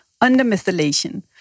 Under-methylation